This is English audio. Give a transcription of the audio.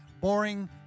boring